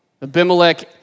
Abimelech